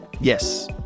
Yes